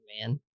man